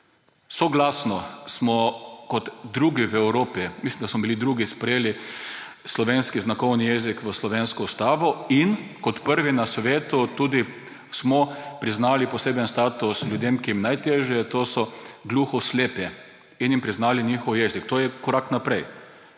Soglasno smo kot drugi v Evropi – mislim, da smo bili drugi – sprejeli slovenski znakovni jezik v slovensko ustavo in kot prvi na svetu smo priznali poseben status ljudem, ki jim je najtežje, to so gluhoslepi, in jim priznali njihov jezik. To je korak naprej.